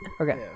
Okay